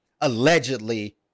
allegedly